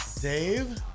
Dave